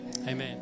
Amen